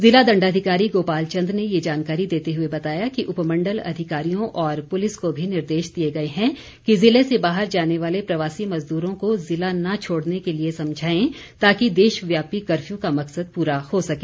जिला दण्डाधिकारी गोपाल चंद ने ये जानकारी देते हुए बताया कि उपमण्डल अधिकारियों और पुलिस को भी निर्देश दिए गए हैं कि ज़िले से बाहर जाने वाले प्रवासी मजदूरों को ज़िला न छोड़ने के लिए समझाएं ताकि देशव्यापी कर्फ्यू का मकसद पूरा हो सके